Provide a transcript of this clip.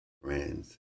friends